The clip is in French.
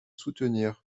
soutenir